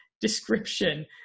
description